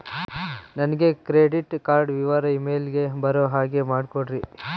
ನನಗೆ credit card ವಿವರ email ಗೆ ಬರೋ ಹಾಗೆ ಮಾಡಿಕೊಡ್ರಿ?